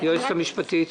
יועצת המשפטית.